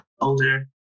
older